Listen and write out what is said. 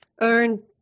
earn